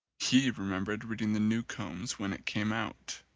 he remembered reading the newcomes when it came out.